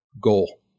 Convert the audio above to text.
goal